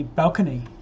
balcony